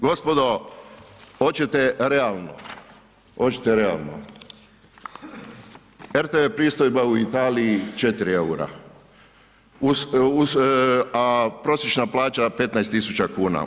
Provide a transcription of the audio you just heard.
Gospodo očete realno, očete realno, rtv pristojba u Italiji 4 EUR-a uz, a prosječna plaća 15.000 kuna.